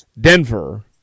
Denver